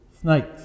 snakes